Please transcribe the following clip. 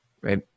right